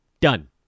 Done